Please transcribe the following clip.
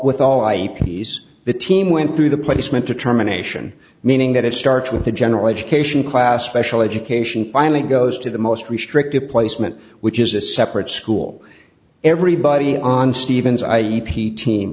with all i can he's the team went through the placement determination meaning that it starts with the general education class special education finally goes to the most restrictive placement which is a separate school everybody on stephen's i e p team